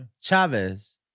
Chavez